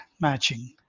matching